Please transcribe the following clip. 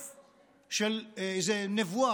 של איזו נבואה, איזה חזון,